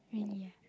really ah